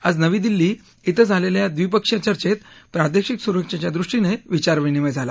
आज नवी दिल्ली इथं झालेल्या द्विपक्षीय चर्चेत प्रादेशिक सुरक्षेच्या दृष्टीनंही विचार विनिमय झाला